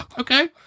Okay